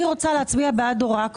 אני רוצה להצביע בעד הוראה קבועה.